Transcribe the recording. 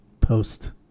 post